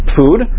food